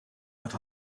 but